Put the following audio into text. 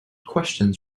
questions